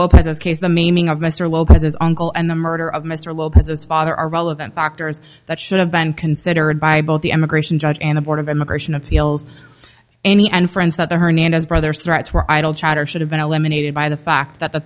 lopez's case the maiming of mr lopez's own goal and the murder of mr lopez's father are relevant factors that should have been considered by both the immigration judge and the board of immigration appeals any and friends that the hernandez brothers threats were idle chatter should have been eliminated by the fact that the